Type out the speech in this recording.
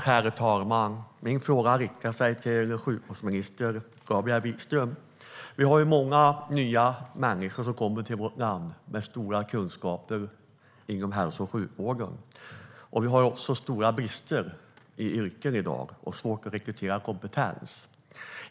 Herr talman! Min fråga riktar sig till sjukvårdsminister Gabriel Wikström. Vi har många nya människor som kommer till vårt land med stora kunskaper inom hälso och sjukvården. Vi har också i dag stora brister inom flera yrken och svårt att rekrytera kompetens.